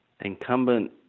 incumbent